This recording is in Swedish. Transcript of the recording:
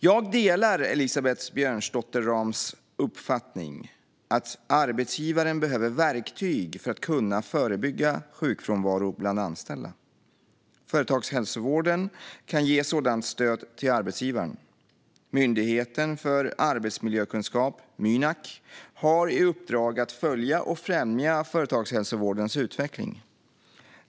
Jag delar Elisabeth Björnsdotter Rahms uppfattning att arbetsgivaren behöver verktyg för att kunna förebygga sjukfrånvaro bland anställda. Företagshälsovården kan ge sådant stöd till arbetsgivaren. Myndigheten för arbetsmiljökunskap, Mynak, har i uppdrag att följa och främja företagshälsovårdens utveckling.